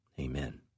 amen